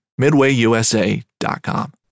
MidwayUSA.com